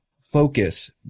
focus